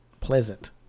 pleasant